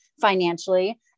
financially